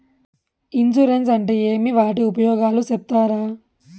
Insurance అంటే ఏమి? వాటి ఉపయోగాలు సెప్తారా?